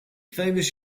famous